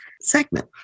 segment